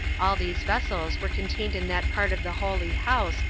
all these vessels were contained in that part of the holy house,